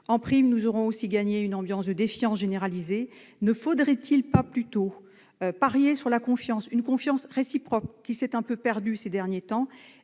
En prime, nous aurons gagné une ambiance de défiance généralisée ... Ne faudrait-il pas plutôt parier sur la confiance, une confiance réciproque qui s'est un peu perdue ces derniers temps ?